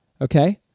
Okay